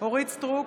אורית מלכה סטרוק,